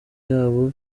yabo